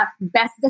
best